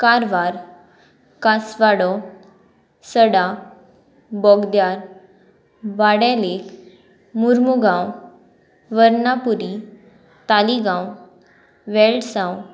कारवार कासवाडो सडा बोगद्यार वाडेलेक मुर्मुगांव वर्णापुरी तालिगांव वेळसांव